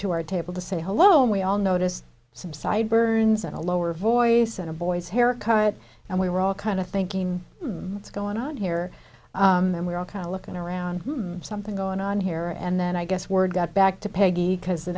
to our table to say hello and we all noticed some sideburns and a lower voice and a boy's haircut and we were all kind of thinking what's going on here and we're all kind of looking around for something going on here and then i guess word got back to peggy because the